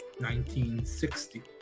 1960